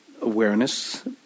awareness